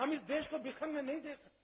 हम इस देश को बिखरने नहीं दे सकते